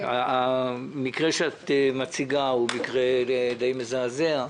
המקרה שאת מציגה די מזעזע.